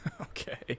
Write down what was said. Okay